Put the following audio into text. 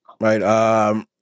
Right